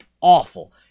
awful